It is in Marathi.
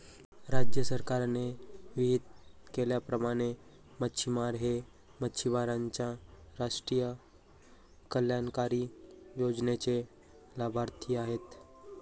राज्य सरकारने विहित केल्याप्रमाणे मच्छिमार हे मच्छिमारांच्या राष्ट्रीय कल्याणकारी योजनेचे लाभार्थी आहेत